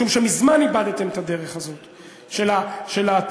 משום שמזמן איבדתם את הדרך הזאת של הציונות,